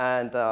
and,